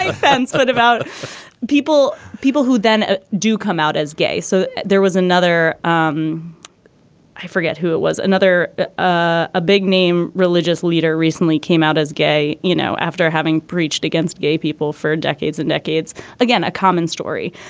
ah fence but about people people who then ah do come out as gay. so there was another. um i forget who it was. another ah ah big name religious leader recently came out as gay. you know after having preached against gay people for decades and decades again a common story.